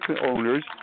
owners